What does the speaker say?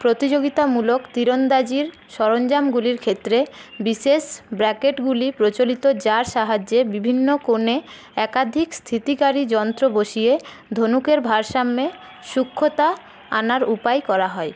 প্রতিযোগিতামূলক তীরন্দাজির সরঞ্জামগুলির ক্ষেত্রে বিশেষ ব্র্যাকেটগুলি প্রচলিত যার সাহায্যে বিভিন্ন কোণে একাধিক স্থিতিকারী যন্ত্র বসিয়ে ধনুকের ভারসাম্যে সূক্ষ্মতা আনার উপায় করা হয়